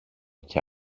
και